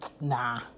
nah